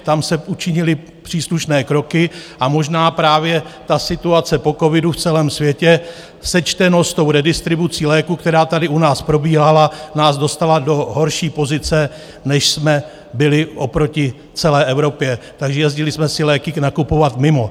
Tam se učinily příslušné kroky a možná právě situace po covidu v celém světě, sečteno s redistribucí léků, která tady u nás probíhala, nás dostala do horší pozice, než jsme byli, oproti celé Evropě, takže jezdili jsme si léky nakupovat mimo.